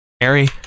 Harry